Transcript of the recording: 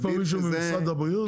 יש פה מישהו ממשרד הבריאות?